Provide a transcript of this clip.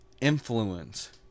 influence